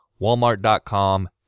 Walmart.com